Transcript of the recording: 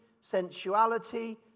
sensuality